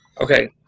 Okay